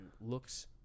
looks